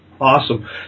Awesome